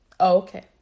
okay